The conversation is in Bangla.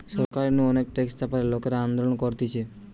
সরকার নু অনেক ট্যাক্স চাপালে লোকরা আন্দোলন করতিছে